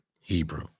Hebrew